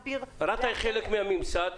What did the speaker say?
רת"א היא חלק מן הממסד.